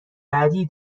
بعدیای